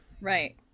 Right